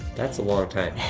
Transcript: that's a long time.